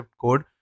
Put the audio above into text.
code